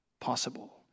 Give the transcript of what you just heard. possible